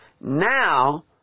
Now